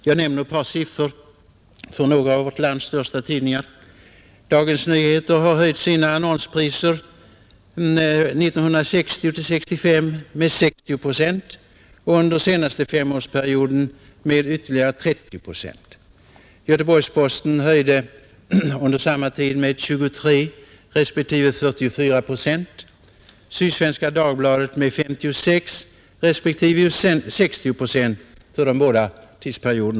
Jag skall nämna ett par siffror för några av vårt lands största tidningar: Dagens Nyheter har höjt sina annonspriser 1960 — 1965 med 60 procent och under den senaste femårsperioden med ytterligare 30 procent. Göteborgs-Posten höjde under samma tid med 23 respektive 44 procent och Sydsvenska Dagbladet med 56 respektive 60 procent.